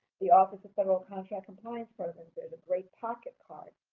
the office of federal contract compliance programs. there's a great pocket card,